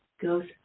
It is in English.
goes